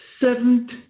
seventh